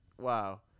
wow